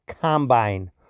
combine